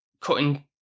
cutting